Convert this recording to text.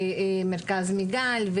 מרכז מיגל,